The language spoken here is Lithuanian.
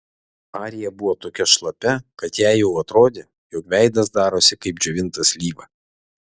arija buvo tokia šlapia kad jai jau atrodė jog veidas darosi kaip džiovinta slyva